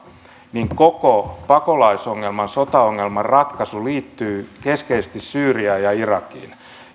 koko pakolaisongelman sotaongelman ratkaisu liittyy keskeisesti syyriaan ja irakiin